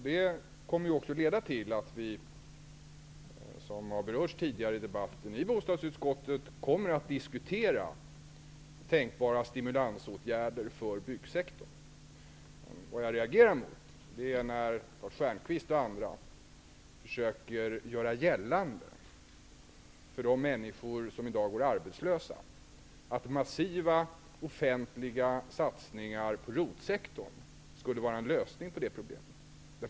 Det kommer också att leda till att vi i bostadsutskottet får diskutera tänkbara sti mulansåtgärder för byggsektorn. Detta har be rörts tidigare i debatten. Vad jag reagerar emot är att Lars Stjernkvist och andra försöker att göra gällande för de människor som i dag går arbets lösa att massiva offentliga satsningar på ROT-sek torn skulle vara en lösning på det problemet.